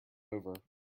over